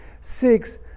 six